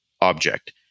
object